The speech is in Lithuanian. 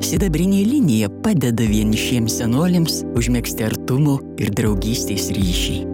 sidabrinė linija padeda vienišiems senoliams užmegzti artumo ir draugystės ryšį